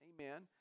amen